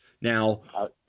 Now